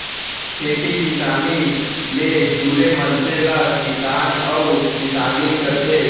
खेती किसानी ले जुरे मनसे ल किसान अउ किसानिन कथें